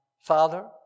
father